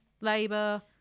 Labour